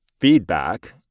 feedback